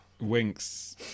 Winks